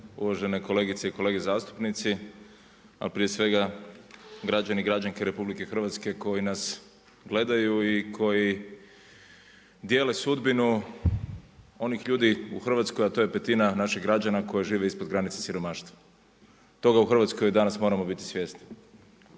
uvažene kolegice i kolege zastupnici. Prije svega građani i građanke RH koji nas gledaju i koji dijele sudbinu onih ljudi u Hrvatskoj, a to je petina naših građana koji žive ispod granice siromaštva. Toga u Hrvatskoj danas moramo biti svjesni.